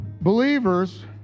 believers